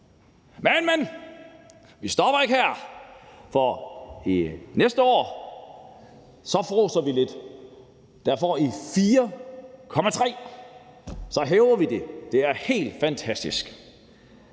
Men, men – vi stopper ikke her, for til næste år fråser vi lidt; der får I 4,3 øre. Så hæver vi det. Det er helt fantastisk.